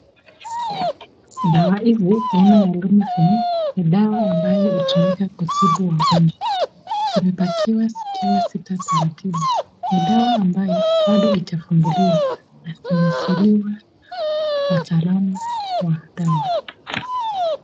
Dawa hizi aina ya lumifen, ni dawa ambayo hutumika kutibu wagonjwa. Zimepakiwa zikiwa sita taratibu, ni dawa ambayo bado zitafunguliwa na zimesiliwa na wataalamu wa dawa.